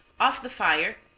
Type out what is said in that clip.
off the fire,